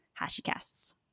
HashiCasts